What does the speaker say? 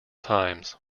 times